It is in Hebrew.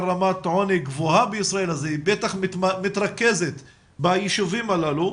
רמת עוני גבוהה בישראל אז היא בטח מתרכזת בישובים הללו,